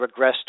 regressed